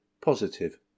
positive